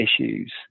issues